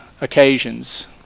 occasions